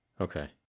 Okay